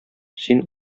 син